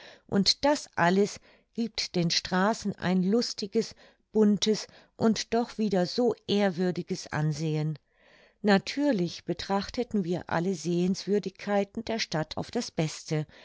und das alles giebt den straßen ein lustiges buntes und doch wieder so ehrwürdiges ansehen natürlich betrachteten wir alle sehenswürdigkeiten der stadt auf das beste